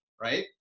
right